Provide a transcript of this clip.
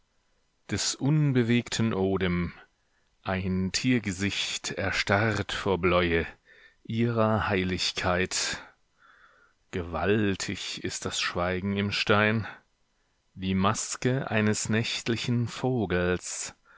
des unbewegten odem ein tiergesicht erstarrt vor bläue ihrer heiligkeit gewaltig ist das schweigen im stein die maske eines nächtlichen vogels